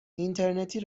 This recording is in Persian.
اینترنتی